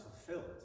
fulfilled